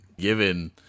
given